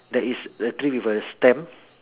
that is a tree with a stamp